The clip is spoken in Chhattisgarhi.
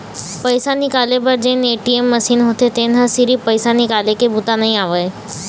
पइसा निकाले बर जेन ए.टी.एम मसीन होथे तेन ह सिरिफ पइसा निकाले के बूता नइ आवय